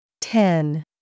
ten